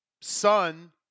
son